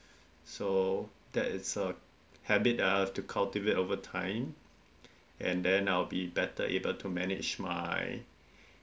so that is a habit that I have to cultivate over time and then I'll be better able to manage my